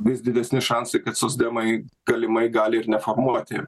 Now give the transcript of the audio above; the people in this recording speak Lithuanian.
vis didesni šansai kad socdemai galimai gali ir neformuoti